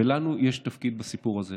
ולנו יש תפקיד בסיפור הזה.